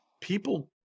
people